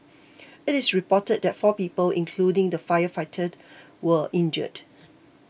it is reported that four people including the firefighter were injured